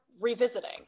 revisiting